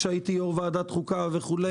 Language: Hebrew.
כשהייתי יושב-ראש ועדת חוקה וכולי.